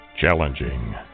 Challenging